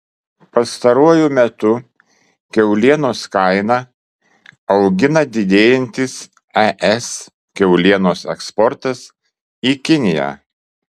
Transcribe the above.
pastaruoju metu kiaulienos kainą augina didėjantis es kiaulienos eksportas į kiniją